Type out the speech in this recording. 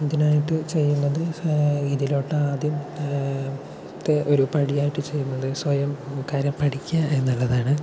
ഇതിനായിട്ട് ചെയ്യുന്നത് ഇതിലോട്ട് ആദ്യം ഒരു പടിയായിട്ട് ചെയ്യുന്നത് സ്വയം കാര്യം പഠിക്കുക എന്നുള്ളതാണ്